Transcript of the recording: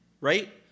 right